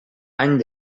any